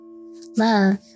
love